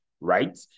right